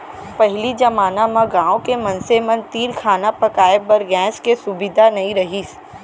पहिली जमाना म गॉँव के मनसे मन तीर खाना पकाए बर गैस के सुभीता नइ रहिस